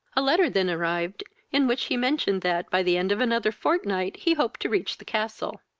a letter than arrived, in which he mentioned, that, by the end of another fortnight, he hoped to reach the castle.